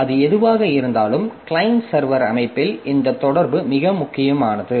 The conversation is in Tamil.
அது எதுவாக இருந்தாலும் கிளையன்ட் சர்வர் அமைப்பில் இந்த தொடர்பு மிகவும் முக்கியமானது